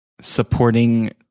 supporting